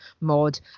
mod